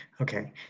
Okay